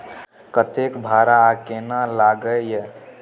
कतेक भाड़ा आ केना लागय ये?